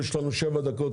יש לנו שבע דקות,